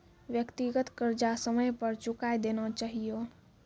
व्यक्तिगत कर्जा समय पर चुकाय देना चहियो